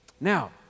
Now